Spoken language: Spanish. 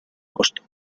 costo